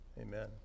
Amen